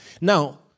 Now